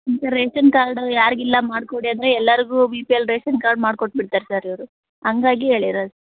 ಈಗ ration card ಯಾರಿಗಿಲ್ಲ ಮಾಡಿಕೊಡಿ ಅಂದರೆ ಎಲ್ಲರಿಗು B P L ration card ಮಾಡ್ಕೊಟ್ಟು ಬಿಡ್ತಾರೆ ಸರ್ ಇವರು ಹಂಗಾಗಿ ಹೇಳಿರದ್